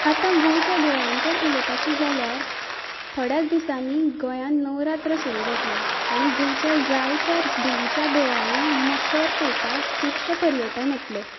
आतां गोंयच्या देवळांचेर उलोपाचें जाल्यार थोड्याच दिसांनी गोंयांत नवरात्र सुरू जातली आनी गोंयच्या जायत्या देवीच्या देवळांनी मखर पळोवपाक खुबशे पर्यटक येतले